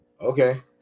okay